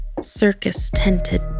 circus-tented